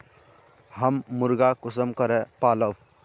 हम मुर्गा कुंसम करे पालव?